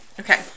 okay